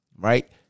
Right